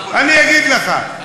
אני אגיד לך,